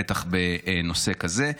בטח בנושא כזה.